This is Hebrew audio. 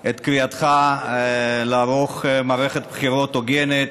את קריאתך לערוך מערכת בחירות הוגנת.